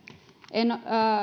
en